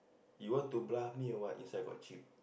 you want to bluff me or what inside got chip